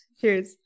cheers